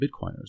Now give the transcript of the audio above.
Bitcoiners